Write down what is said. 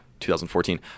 2014